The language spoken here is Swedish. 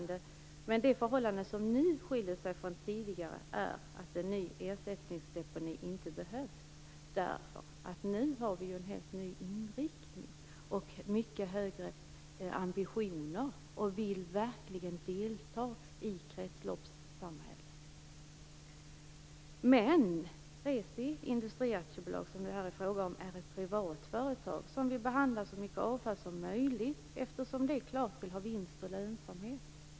Det förhållande som nu skiljer sig från tidigare är att en ny ersättningsdeponi inte behövs, eftersom vi nu har en helt ny inriktning och mycket högre ambitioner. Vi vill verkligen delta i kretsloppssamhället. Reci Industri AB, som det här är fråga om, är ett privat företag som vill behandla så mycket avfall som möjligt, eftersom det självklart vill ha vinst och lönsamhet.